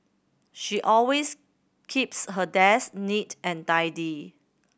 she always keeps her desk neat and tidy